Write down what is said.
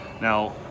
Now